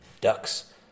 ducks